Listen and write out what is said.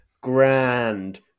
grand